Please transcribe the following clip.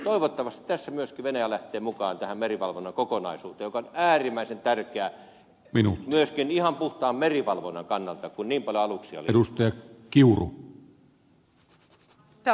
toivottavasti myöskin venäjä lähtee mukaan tähän merivalvonnan kokonaisuuteen mikä olisi äärimmäisen tärkeää myöskin ihan puhtaan merivalvonnan kannalta kun niin paljon aluksia liikkuu